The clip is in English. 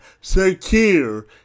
secure